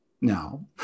now